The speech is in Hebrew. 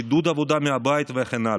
עידוד עבודה מהבית וכן הלאה.